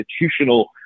institutional